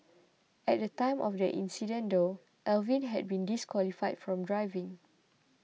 at the time of the incident though Alvin had been disqualified from driving